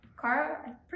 Kara